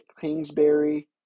Kingsbury